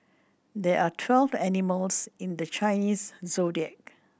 there are twelve animals in the Chinese Zodiac